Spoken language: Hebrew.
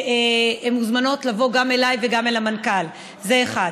והן מוזמנות לבוא גם אליי וגם אל המנכ"ל, זה אחד.